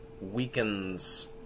weakens